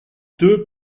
deux